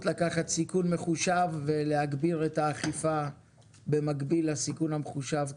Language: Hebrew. לקחת סיכון מחושב ולהגביר את האכיפה במקביל לסיכון המחושב,